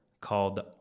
called